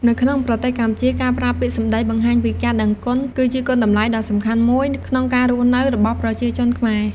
នៅក្នុងប្រទេសកម្ពុជា ការប្រើពាក្យសម្ដីបង្ហាញពីការដឹងគុណគឺជាគុណតម្លៃដ៏សំខាន់មួយក្នុងការរស់នៅរបស់ប្រជាជនខ្មែរ។